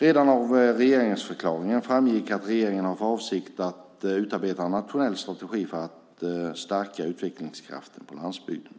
Redan av regeringsförklaringen framgick att regeringen har för avsikt att utarbeta en nationell strategi för att stärka utvecklingskraften på landsbygden.